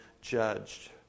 judged